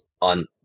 on